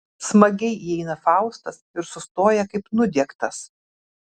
smagiai įeina faustas ir sustoja kaip nudiegtas